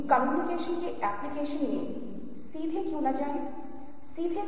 तो आप दोनों को मिलाते हैं और आपके पास अनुभूति है